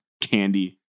candy